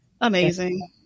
Amazing